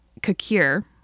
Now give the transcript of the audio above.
Kakir